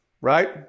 right